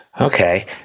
Okay